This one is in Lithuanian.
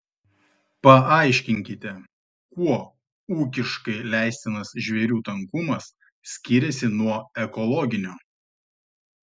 paaiškinkite kuo ūkiškai leistinas žvėrių tankumas skiriasi nuo ekologinio